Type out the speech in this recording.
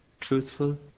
truthful